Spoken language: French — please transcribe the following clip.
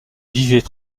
vivaient